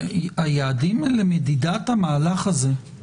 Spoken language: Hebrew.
היעדים למדידת המהלך הזה הם